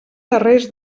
darrers